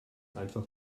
einfach